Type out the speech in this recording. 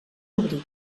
obrir